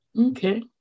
Okay